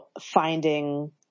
finding